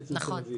נכון.